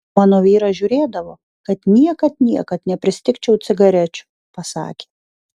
mano vyras žiūrėdavo kad niekad niekad nepristigčiau cigarečių pasakė